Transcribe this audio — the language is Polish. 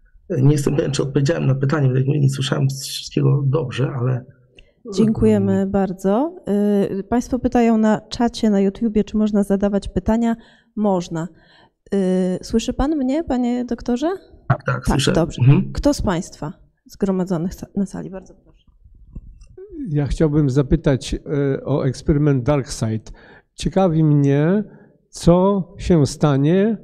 Nie jestem pewien, czy odpowiedziałem na pytanie, bo tak jak mówię, nie słyszałem wszystkiego dobrze, ale- Dziękujemy Mm. bardzo. Y, państwo pytają na czacie, na YouTubie, czy można zadawać pytania? Można. Y, słyszy pan mnie, panie doktorze? Tak, tak, Tak, słyszę. dobrze. Mhm. Kto z państwa zgromadzonych sa- na sali? Bardzo proszę. Ja chciałbym zapytać, y, o eksperyment Darkside. Ciekawi mnie, co się stanie,